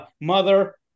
Mother